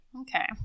Okay